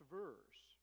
verse